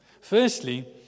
Firstly